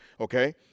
okay